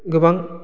गोबां